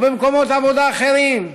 או במקומות עבודה אחרים,